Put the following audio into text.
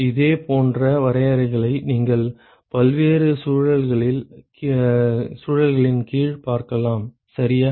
இதே போன்ற வரையறைகளை நீங்கள் பல்வேறு சூழல்களின் கீழ் பார்க்கலாம் சரியா